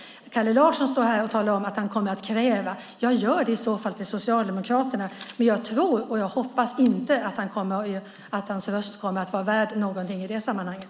Kalle Larsson står här och talar om att han kommer att kräva saker. Gör det i så fall av Socialdemokraterna! Men jag tror och hoppas att hans röst inte kommer att vara värd något i det sammanhanget.